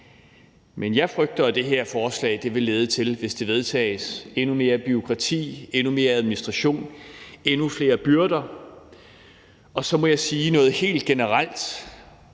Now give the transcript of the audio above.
men jeg frygter, at det her forslag, hvis det vedtages, vil lede til endnu mere bureaukrati, endnu mere administration og endnu flere byrder. Og så må jeg sige noget helt generelt